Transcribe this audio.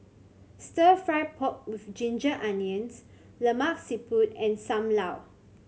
Stir Fry pork with ginger onions Lemak Siput and Sam Lau